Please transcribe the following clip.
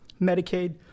Medicaid